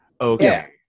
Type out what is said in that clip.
Okay